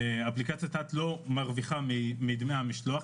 אפליקציית האאט לא מרוויחה מדמי המשלוח,